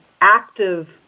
active